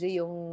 yung